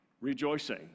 rejoicing